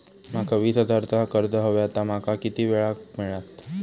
माका वीस हजार चा कर्ज हव्या ता माका किती वेळा क मिळात?